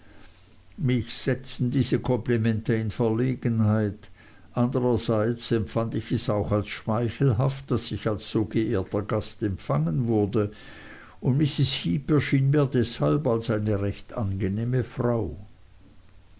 mich setzten diese komplimente in verlegenheit andrerseits empfand ich es auch als schmeichelhaft daß ich als so geehrter gast empfangen wurde und mrs heep erschien mir deshalb als eine recht angenehme frau